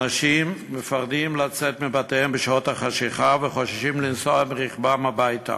אנשים פוחדים לצאת מבתיהם בשעות החשכה וחוששים לנסוע ברכבם הביתה.